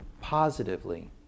Positively